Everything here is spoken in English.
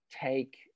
take